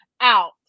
out